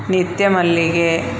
ನಿತ್ಯ ಮಲ್ಲಿಗೆ